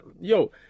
yo